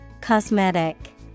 Cosmetic